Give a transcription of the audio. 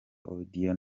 audio